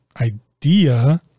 idea